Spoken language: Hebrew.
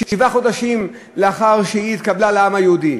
שבעה חודשים לאחר שהיא התקבלה לעם היהודי.